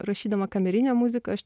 rašydama kamerinę muziką aš